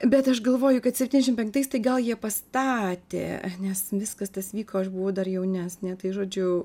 bet aš galvoju kad septyniasdešimt penktais tai gal jie pastatė nes viskas tas vyko aš buvau dar jaunesnė tai žodžiu